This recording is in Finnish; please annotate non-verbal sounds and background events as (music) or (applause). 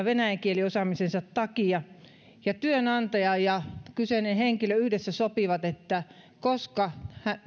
(unintelligible) venäjän kielen osaamisensa takia ja työnantaja ja kyseinen henkilö yhdessä sopivat että koska